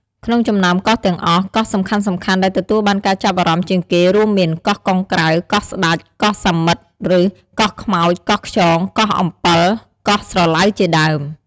ក្នុងចំណោមកោះទាំងអស់ កោះសំខាន់ៗដែលទទួលបានការចាប់អារម្មណ៍ជាងគេ រួមមាន កោះកុងក្រៅ កោះស្តេច កោះសាមិត្ត ឬ កោះខ្មោច កោះខ្យង កោះអំពិល កោះស្រឡៅជាដើម។